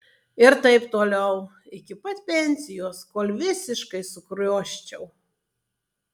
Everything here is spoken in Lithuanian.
ir taip toliau iki pat pensijos kol visiškai sukrioščiau